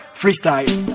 freestyle